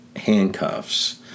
Handcuffs